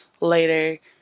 Later